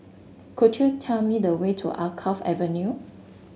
could you tell me the way to Alkaff Avenue